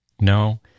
No